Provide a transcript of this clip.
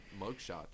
mugshots